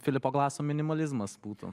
filipo glaso minimalizmas būtų